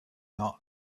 not